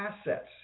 assets